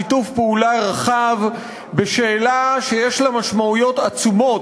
שיתוף פעולה רחב בשאלה שיש לה משמעויות עצומות,